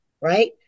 right